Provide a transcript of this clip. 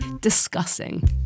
discussing